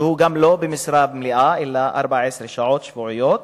שגם הוא לא במשרה מלאה אלא עם 14 שעות שבועיות